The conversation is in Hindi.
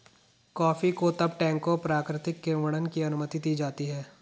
कॉफी को तब टैंकों प्राकृतिक किण्वन की अनुमति दी जाती है